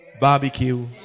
barbecue